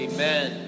Amen